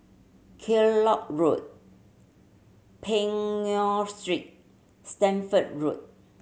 Kellock Road Peng Nguan Street Stamford Road